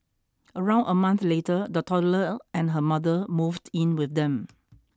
around a month later the toddler and her mother moved in with them